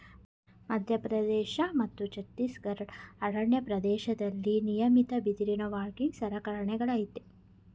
ಮಧ್ಯಪ್ರದೇಶ ಮತ್ತು ಛತ್ತೀಸ್ಗಢದ ಅರಣ್ಯ ಪ್ರದೇಶ್ದಲ್ಲಿ ನಿಯಮಿತ ಬಿದಿರಿನ ವರ್ಕಿಂಗ್ ಸರ್ಕಲ್ಗಳಯ್ತೆ